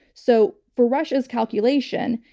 so for russia's calculation,